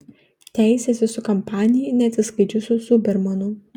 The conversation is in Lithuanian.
teisėsi su kampanijai neatsiskaičiusiu zudermanu